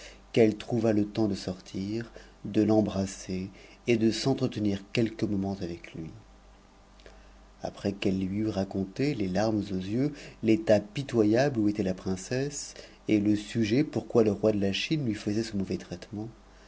qu'elle trouva le temps de sortir fe t'etahrasser et de s'entretenir quelques moments avec lui après qu'elle lui eut raconté les larmes aux yeux l'état pitoyable où était la princesse et e sujet pourquoi le roi de la chine lui faisait ce mauvais traitement